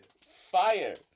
Fire